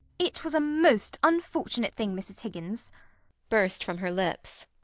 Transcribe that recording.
it was a most unfortunate thing, mrs. higgins burst from her lips,